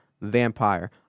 vampire